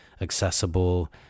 accessible